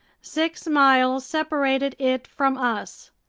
six miles separated it from us.